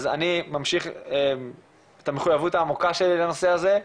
אז אני ממשיך את המחויבות העמוקה שלי לנושא הזה,